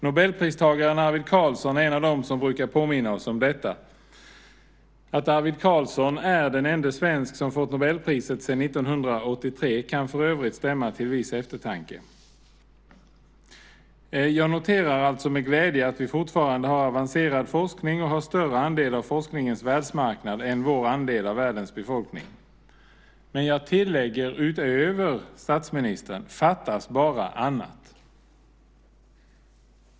Nobelpristagaren Arvid Carlsson är en av dem som brukar påminna oss om detta. Att Arvid Carlsson är den ende svensk som har fått Nobelpriset sedan 1983 kan för övrigt stämma till viss eftertanke. Jag noterar med glädje att vi fortfarande har avancerad forskning och en större andel av forskningens världsmarknad än vår andel av världens befolkning. Men jag tillägger utöver vad statsministern sade: Fattas bara annat!